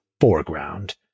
foreground